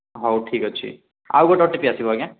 ହଉ ଠିକ୍ ଅଛି ଆଉ ଗୋଟେ ଓ ଟି ପି ଆସିବ ଆଜ୍ଞା